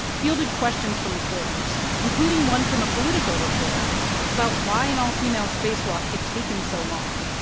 fielded questions from reporters, including one from a politico reporter about why an all-female spacewalk had taken so long,